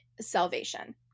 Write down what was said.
salvation